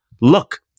look